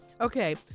Okay